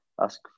ask